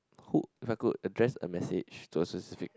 who if I could address a message to a specific